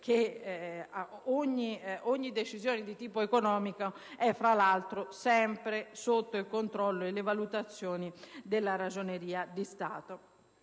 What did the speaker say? che ogni decisione di tipo economico è, fra l'altro, sempre sotto il controllo e le valutazioni della Ragioneria generale